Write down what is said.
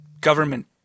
government